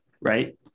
right